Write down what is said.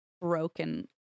broken